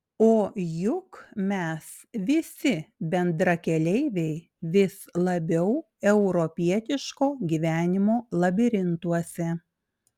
o juk mes visi bendrakeleiviai vis labiau europietiško gyvenimo labirintuose